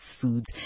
foods